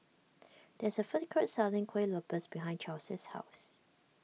there is a food court selling Kuih Lopes behind Chelsie's house